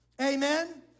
Amen